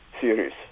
series